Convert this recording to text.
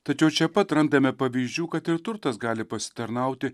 tačiau čia pat randame pavyzdžių kad ir turtas gali pasitarnauti